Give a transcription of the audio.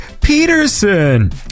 peterson